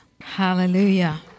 Hallelujah